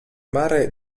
mare